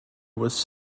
was